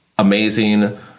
amazing